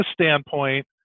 standpoint